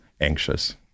anxious